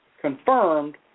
confirmed